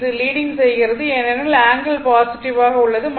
இது லீடிங் செய்கிறது ஏனெனில் ஆங்கிள் பாசிட்டிவ் ஆக உள்ளது